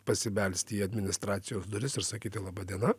pasibelst į administracijos duris ir sakyti laba diena